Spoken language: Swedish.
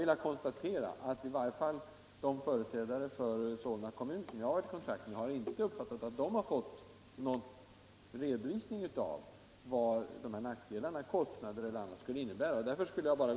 Men jag konstaterar att i varje fall de företrädare för Solna kommun som jag varit i kontakt med inte har uppfattat att de fått någon redovisning av vad de här nackdelarna — kostnader eller annat Nr 71 —- skulle innebära.